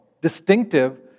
distinctive